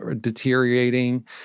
deteriorating